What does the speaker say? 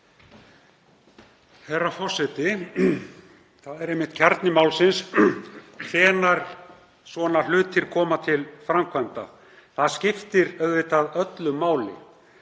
Herra forseti. Það er einmitt kjarni málsins, hvenær svona hlutir koma til framkvæmda, það skiptir auðvitað öllu máli.